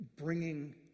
bringing